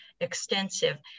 extensive